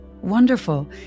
Wonderful